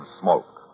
smoke